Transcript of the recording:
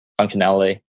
functionality